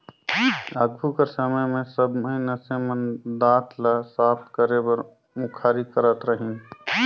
आघु कर समे मे सब मइनसे मन दात ल साफ करे बर मुखारी करत रहिन